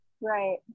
right